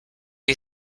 you